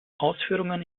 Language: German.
ausführungen